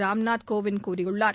ராம்நாத் கோவிந்த் கூறியுள்ளார்